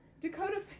Dakota